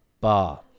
bar